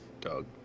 Doug